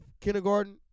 kindergarten